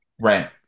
Right